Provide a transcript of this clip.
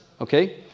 Okay